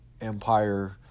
empire